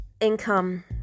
income